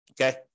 Okay